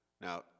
Now